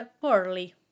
poorly